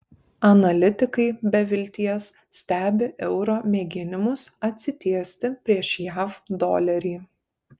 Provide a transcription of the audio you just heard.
analitikai be vilties stebi euro mėginimus atsitiesti prieš jav dolerį